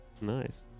Nice